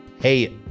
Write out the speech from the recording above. Hey